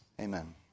Amen